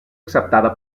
acceptada